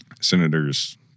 Senators